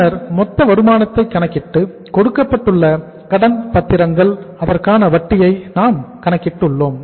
பின்னர் மொத்த வருமானத்தை கணக்கிட்டு கொடுக்கப்பட்டுள்ள கடன்பத்திரங்கள் அதற்கான வட்டியை நாம் கணக்கிட்டு உள்ளோம்